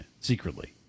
secretly